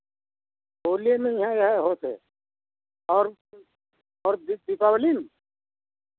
होली में हियाँ यहे होत है और और दी दीपावली में